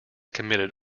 committed